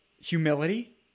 humility